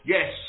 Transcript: Yes